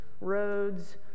roads